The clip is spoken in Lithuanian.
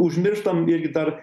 užmirštam irgi dar